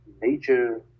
major